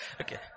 Okay